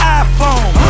iPhone